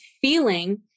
feeling